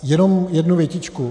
Jenom jednu větičku.